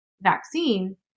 vaccine